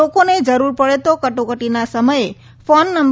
લોકોને જરૂર પડે તો કટોકટીના સમયે ફોન નં